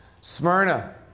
Smyrna